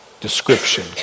description